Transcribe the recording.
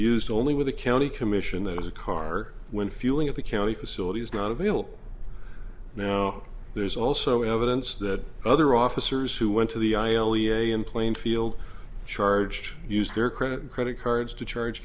used only with the county commission that is a car when fueling at the county facility is not available now there's also evidence that other officers who went to the i only am plainfield charged used their credit and credit cards to charge